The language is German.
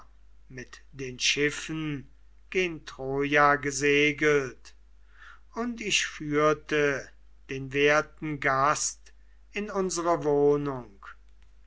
mit den schiffen gen troja gesegelt und ich führte den werten gast in unsere wohnung